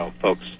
folks